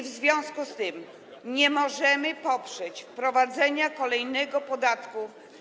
W związku z tym nie możemy poprzeć wprowadzenia kolejnego podatku.